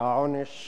שהעונש